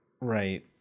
Right